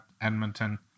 Edmonton